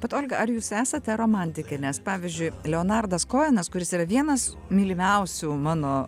bet olga ar jūs esate romantikė nes pavyzdžiui leonardas koenas kuris yra vienas mylimiausių mano